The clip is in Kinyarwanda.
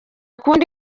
kundi